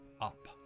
up